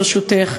ברשותך,